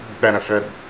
benefit